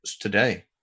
today